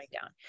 down